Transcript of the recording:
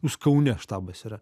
jūs kaune štabas yra